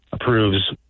approves